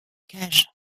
cages